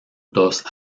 dos